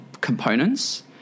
components